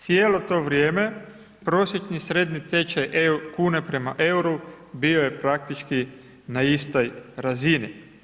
Cijelo to vrijeme, prosječni srednji tečaj, kune prema euru bio je praktički na istoj razini.